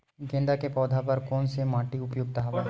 गेंदा के पौधा बर कोन से माटी उपयुक्त हवय?